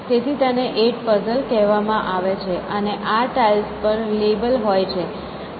તેથી તેને 8 પઝલ કહેવામાં આવે છે અને આ ટાઇલ્સ પર લેબલ હોય છે